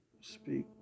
speak